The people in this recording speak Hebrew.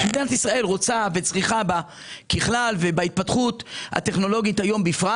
מדינת ישראל רוצה וצריכה ככלל ובהתפתחות הטכנולוגית היום בפרט